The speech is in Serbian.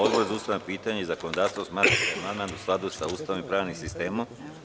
Odbor za ustavna pitanja i zakonodavstvo smatra da je amandman u skladu sa Ustavom i pravnim sistemom.